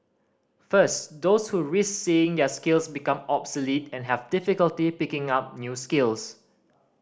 first those who risk seeing their skills become obsolete and have difficulty picking up new skills